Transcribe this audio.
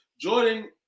Jordan